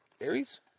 Aries